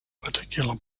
particular